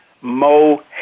Mo